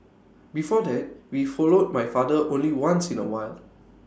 before that we followed my father only once in A while